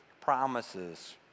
promises